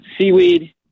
Seaweed